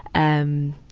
um,